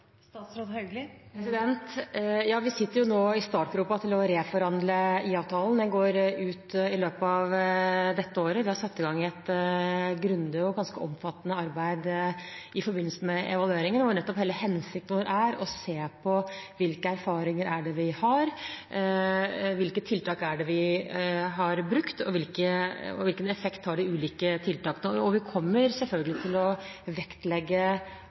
Vi sitter nå i startgropen for å reforhandle IA-avtalen. Den går ut i løpet av dette året. Det er satt i gang et grundig og ganske omfattende arbeid i forbindelse med evalueringen, hvor hensikten er nettopp å se hvilke erfaringer vi har, hvilke tiltak vi har brukt, og hvilken effekt de ulike tiltakene har. Vi kommer selvfølgelig til å vektlegge